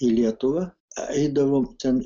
į lietuvą eidavom ten